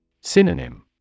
Synonym